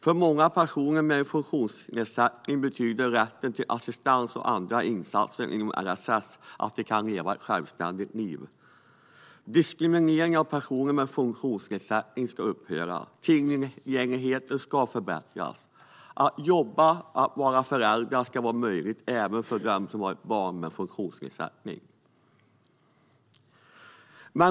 För många personer med en funktionsnedsättning betyder rätten till assistans och andra insatser inom LSS att de kan leva ett självständigt liv. Diskrimineringen av personer med funktionsnedsättning ska upphöra. Tillgängligheten ska förbättras. Att jobba och vara förälder ska vara möjligt även för den som har barn med funktionsnedsättning."